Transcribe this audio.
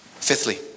Fifthly